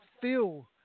feel